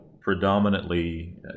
predominantly